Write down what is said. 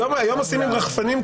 היום עושים עם רחפנים.